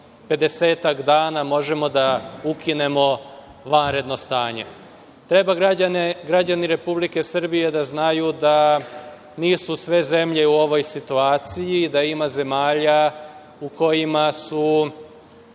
dana možemo da ukinemo vanredno stanje. Treba građani Republike Srbije da znaju da nisu sve zemlje u ovoj situaciji, da ima zemalja u kojima su